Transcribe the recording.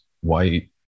white